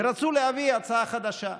ורצו להביא הצעה חדשה.